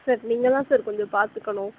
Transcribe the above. sir நீங்கள் தான் sir கொஞ்சம் பார்த்துக்கணும்